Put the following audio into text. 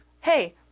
hey